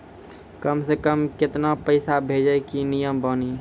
कम से कम केतना पैसा भेजै के नियम बानी?